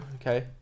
Okay